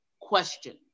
question